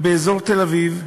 ובאזור תל-אביב,